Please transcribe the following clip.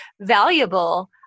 valuable